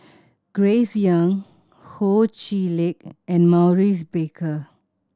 Grace Young Ho Chee Lick and Maurice Baker